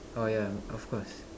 orh yeah of course